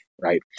right